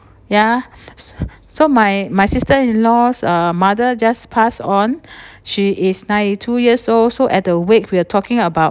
ya s~ so my my sister in law's uh mother just pass on she is ninety two years old so at the wake we are talking about